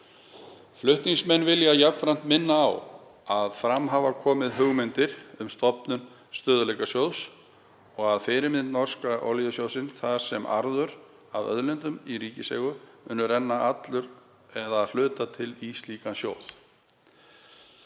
Flutningsmenn vilja jafnframt minna á að fram hafa komið hugmyndir um stofnun stöðugleikasjóðs að fyrirmynd norska olíusjóðsins þar sem arður af auðlindum í ríkiseigu myndi renna allur eða að hluta í slíkan sjóð.